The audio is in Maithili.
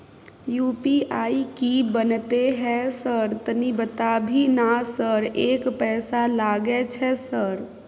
यु.पी.आई की बनते है सर तनी बता भी ना सर एक पैसा लागे छै सर?